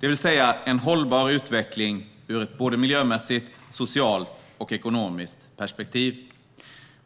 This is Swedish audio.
Detta innebär en hållbar utveckling ur ett miljömässigt, socialt och ekonomiskt perspektiv.